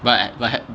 but but